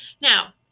Now